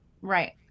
Right